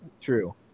True